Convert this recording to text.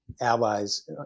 allies